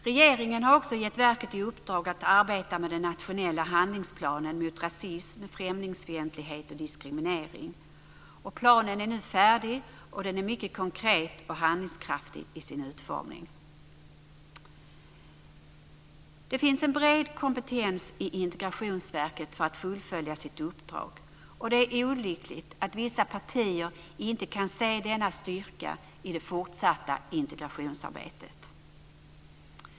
Regeringen har också gett verket i uppdrag att arbeta med den nationella handlingsplanen mot rasism, främlingsfientlighet och diskriminering. Planen är nu färdig och den är mycket konkret och handlingskraftig i sin utformning. Det finns en bred kompetens i Integrationsverket som gör det möjligt för verket att fullfölja sitt uppdrag. Det är olyckligt att vissa partier inte kan se denna styrka i det fortsatta integrationsarbetet.